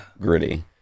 gritty